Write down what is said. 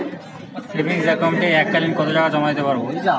Savings একাউন্টে এক কালিন কতটাকা জমা দিতে পারব?